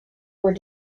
were